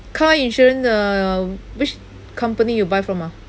car insurance uh which company you buy from ah